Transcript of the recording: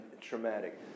traumatic